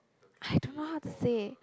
I don't know how to say